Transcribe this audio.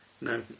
No